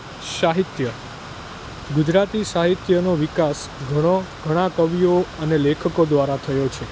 સાહિત્ય ગુજરાતી સાહિત્યનો વિકાસ ઘણા કવિઓ અને લેખકો દ્વારા થયો છે